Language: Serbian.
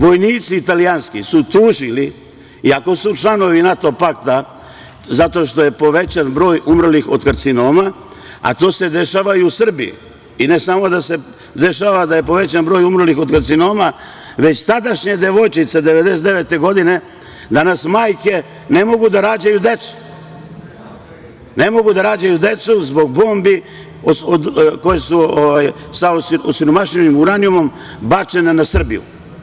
Vojnici italijanski su tužili, iako su članovi NATO pakta, zato što je povećan broj umrlih od karcinoma, a to se dešava i u Srbiji i ne samo da se dešava da je povećan broj umrlih od karcinoma, već tadašnje devojčice 1999. godine, danas majke, ne mogu da rađaju decu, ne mogu da rađaju decu zbog bombi koji su sa osiromašenim uranijumom bačene na Srbiju.